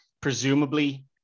Presumably